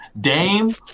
Dame